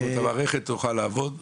זאת אומרת המערכת תוכל לעבוד,